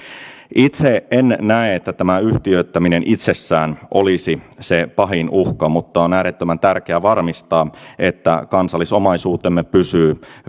itse en näe että tämä yhtiöittäminen itsessään olisi se pahin uhka mutta on on äärettömän tärkeää varmistaa että kansallisomaisuutemme pysyy